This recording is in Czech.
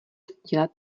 sdílet